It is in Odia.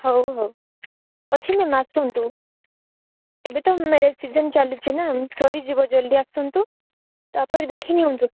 ହଉ ହଉ ଅଛି ମ୍ୟାମ୍ ଆସନ୍ତୁ ଏବେ ତ ମ୍ୟାରେଜ୍ ସିଜିନ୍ ଚାଲିଛି ନା ସରିଯିବ ଜଲ୍ଦି ଆସନ୍ତୁ ତାପରେ ଦେଖିନିଅନ୍ତୁ